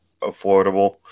affordable